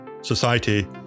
society